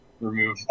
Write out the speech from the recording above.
remove